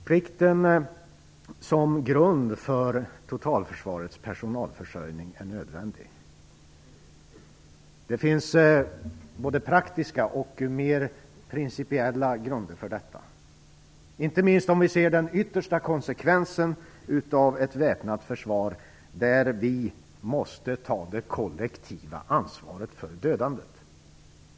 Plikten som grund för totalförsvarets personalförsörjning är nödvändig. Det finns både praktiska och mer principiella grunder för detta, inte minst om man ser den yttersta konsekvensen av ett väpnat försvar, där vi måste ta det kollektiva ansvaret för dödandet.